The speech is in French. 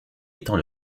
étant